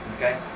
Okay